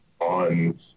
on